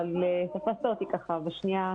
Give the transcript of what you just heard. ולכן אנחנו צריכים להיות כל הזמן עם יד על הדופק.